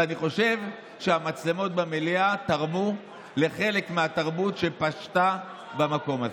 אני חושב שהמצלמות במליאה תרמו לחלק מהתרבות שפשתה במקום הזה.